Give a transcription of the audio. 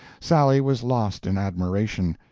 sally was lost in admiration,